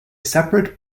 separate